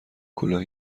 کلاه